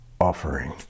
offering